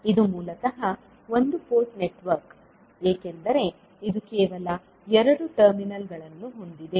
ಇದು ಮೂಲತಃ ಒಂದು ಪೋರ್ಟ್ ನೆಟ್ವರ್ಕ್ ಏಕೆಂದರೆ ಇದು ಕೇವಲ ಎರಡು ಟರ್ಮಿನಲ್ಗಳನ್ನು ಹೊಂದಿದೆ